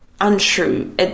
untrue